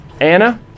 Anna